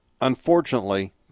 Unfortunately